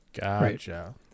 Gotcha